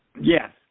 Yes